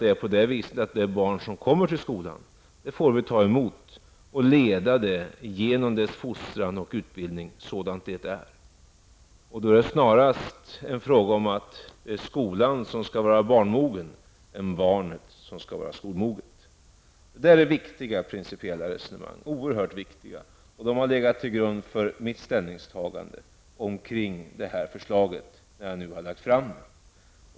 I fortsättningen får vi ta emot det barn som kommer till skolan och leda det genom dess fostran och utbildning, sådant det är. Det är en fråga om att skolan skall vara barnmogen snarare än att barnet skall vara skolmoget. Detta är oerhört viktiga principiella resonemang, som har legat till grund för mitt ställningstagande i fråga om det förslag som jag nu har lagt fram.